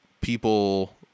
people